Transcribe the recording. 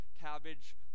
cabbage